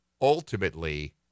ultimately